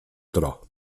tro